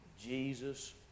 Jesus